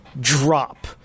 drop